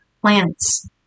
plants